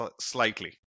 slightly